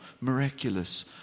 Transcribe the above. miraculous